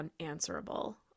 unanswerable